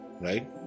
right